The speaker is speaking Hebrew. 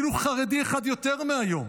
לא יגייס אפילו חרדי אחד יותר מהיום.